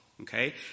Okay